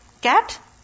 cat